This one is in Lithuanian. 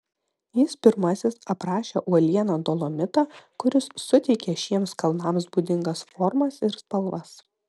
jis pirmasis aprašė uolieną dolomitą kuris suteikia šiems kalnams būdingas formas ir spalvas